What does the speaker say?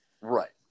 Right